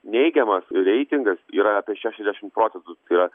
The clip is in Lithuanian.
neigiamas reitingas yra apie šešiasdešimt procentų tai yra